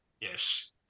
yes